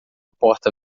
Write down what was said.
porta